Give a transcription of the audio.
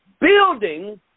Building